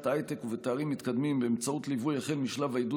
ההייטק ובתארים מתקדמים באמצעות ליווי משלב העידוד